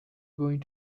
going